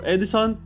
Edison